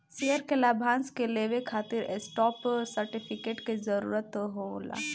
share के लाभांश के लेवे खातिर स्टॉप सर्टिफिकेट के जरूरत होला